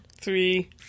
three